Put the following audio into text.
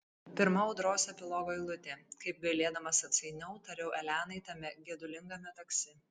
pirma audros epilogo eilutė kaip galėdamas atsainiau tariau elenai tame gedulingame taksi